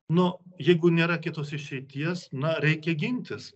nu jeigu nėra kitos išeities na reikia gintis